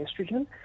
estrogen